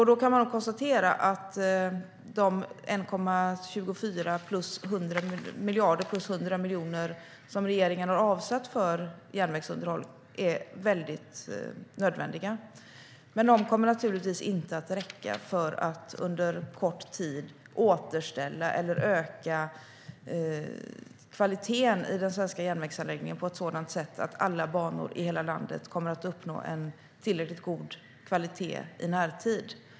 Man kan konstatera att de 1,24 plus 100 miljarder plus 100 miljoner som regeringen har avsatt för järnvägsunderhåll är nödvändiga, men de kommer naturligtvis inte att räcka för att under kort tid återställa eller öka kvaliteten i den svenska järnvägsanläggningen på ett sådant sätt att alla banor i hela landet kommer att uppnå en tillräckligt god kvalitet i närtid.